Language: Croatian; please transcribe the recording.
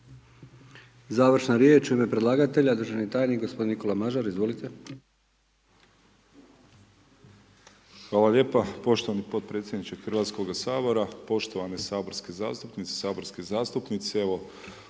Završna riječ u ime predlagatelja državni tajnik gospodin Nikola Mažar, izvolite. **Mažar, Nikola** Hvala lijepo poštovani podpredsjedniče HS-a, poštovane saborske zastupnice, saborski zastupnici, evo,